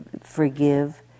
forgive